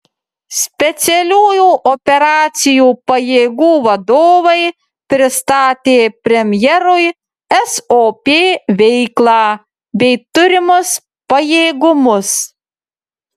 specialiųjų operacijų pajėgų vadovai pristatė premjerui sop veiklą bei turimus pajėgumus